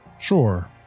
Sure